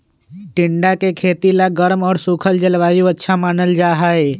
टिंडा के खेती ला गर्म और सूखल जलवायु अच्छा मानल जाहई